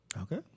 Okay